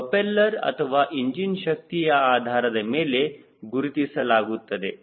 propeller ಅಥವಾ engine ಶಕ್ತಿಯ ಆಧಾರದ ಮೇಲೆ ಗುರುತಿಸಲಾಗುತ್ತದೆ